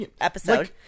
episode